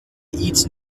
eats